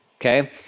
okay